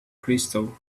crystal